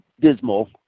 dismal